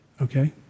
Okay